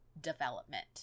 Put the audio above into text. development